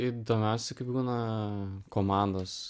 įdomiausia kai būna komandos